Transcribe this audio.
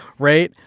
right.